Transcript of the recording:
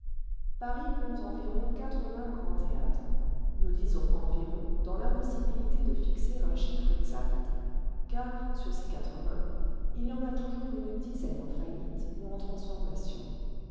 paris compte environ quatre-vingts grands théâtres nous disons environ dans l'impossibilité de fixer un chiffre exact car sur ces quatrevingts il y en a toujours une dizaine en faillite ou en transformation